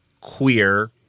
queer